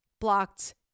blocked